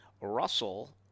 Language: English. Russell